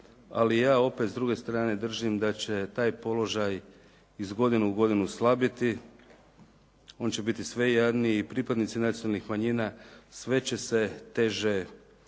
Ali ja opet s druge strane držim da će taj položaj iz godine u godinu slabiti. On će biti sve jadniji i pripadnici nacionalnih manjina sve će se teže